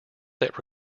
that